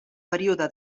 període